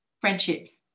Friendships